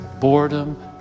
boredom